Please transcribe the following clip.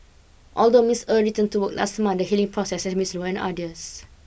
although Miss Er returned to last month the healing process has been slow and arduous